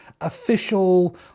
official